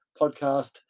podcast